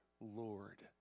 Lord